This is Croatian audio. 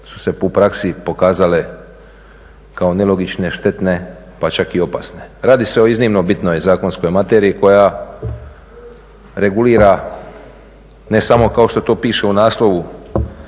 su se u praksi pokazale kao nelogične, štetne pa čak i opasne. Radi se o iznimno bitnoj zakonskoj materiji koja regulira ne samo kao što to piše u naslovu